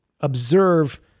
observe